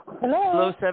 Hello